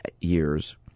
years